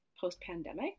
post-pandemic